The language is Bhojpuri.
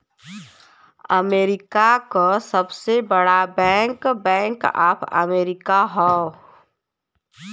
अमेरिका क सबसे बड़ा बैंक बैंक ऑफ अमेरिका हौ